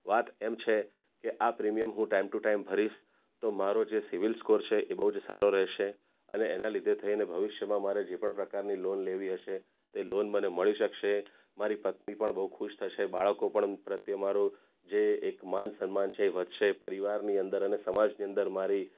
વાત એમ છે કે આ પ્રીમિયમ હું ટાઈમ ટુ ટાઈમ ભરીશ તો મારો જે સિવિલ સ્કોર છે એ બહુ જ સારો રહેશે અને એના લીધે થઈને ભવિષ્યમાં મારે જે પણ પ્રકારની લોન લેવી હશે તે લોન મને મળી શકશે મારી પત્ની પણ બહુ ખુશ થશે બાળકો પણ પ્રત્યે મારું જે એક માન સન્માન છે એ વધશે પરિવારની અંદર અને સમાજની અંદર મારી